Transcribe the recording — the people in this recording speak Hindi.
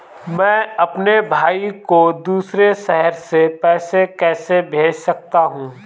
मैं अपने भाई को दूसरे शहर से पैसे कैसे भेज सकता हूँ?